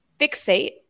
fixate